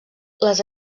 les